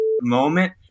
moment